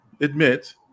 admit